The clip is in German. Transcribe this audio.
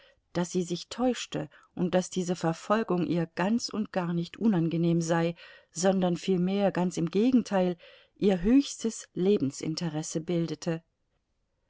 daß sie sich täuschte und daß diese verfolgung ihr ganz und gar nicht unangenehm sei sondern vielmehr ganz im gegenteil ihr höchstes lebensinteresse bildete